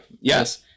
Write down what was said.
Yes